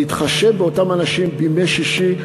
להתחשב באותם אנשים בימי שישי,